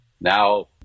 Now